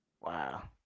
Wow